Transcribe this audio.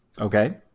Okay